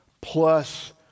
plus